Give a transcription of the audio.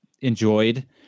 enjoyed